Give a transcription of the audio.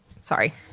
sorry